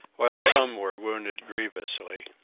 while some were wounded grievously.